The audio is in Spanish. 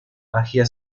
magia